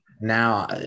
Now